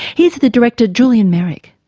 here's the director, julian meyrick.